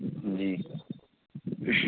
جی